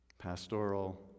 pastoral